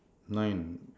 nine